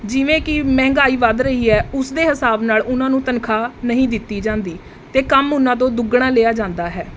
ਜਿਵੇਂ ਕਿ ਮਹਿੰਗਾਈ ਵੱਧ ਰਹੀ ਹੈ ਉਸਦੇ ਹਿਸਾਬ ਨਾਲ ਉਹਨਾਂ ਨੂੰ ਤਨਖਾਹ ਨਹੀਂ ਦਿੱਤੀ ਜਾਂਦੀ ਅਤੇ ਕੰਮ ਉਹਨਾਂ ਤੋਂ ਦੁੱਗਣਾ ਲਿਆ ਜਾਂਦਾ ਹੈ